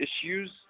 issues